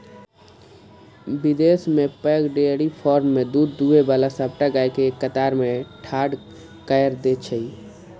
विदेश मे पैघ डेयरी फार्म मे दूध दुहै बला सबटा गाय कें एक कतार मे ठाढ़ कैर दै छै